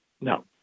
No